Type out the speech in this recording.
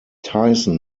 tyson